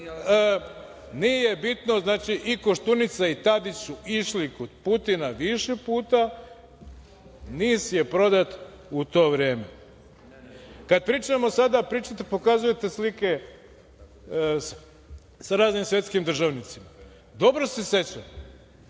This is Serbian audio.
nije bitno, znači i Koštunica i Tadić su išli kod Putina više puta. NIS je prodat u to vreme. Kada pričamo sada, pričate, pokazujete slike sa raznim svetskim državnicima. Dobro se sećam